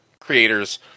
creators